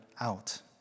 out